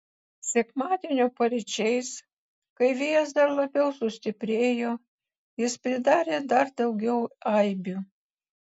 sekmadienio paryčiais kai vėjas dar labiau sustiprėjo jis pridarė dar daugiau aibių